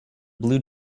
blue